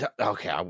Okay